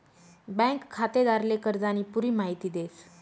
bank खातेदारले कर्जानी पुरी माहिती देस